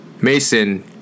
Mason